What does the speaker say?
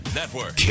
Network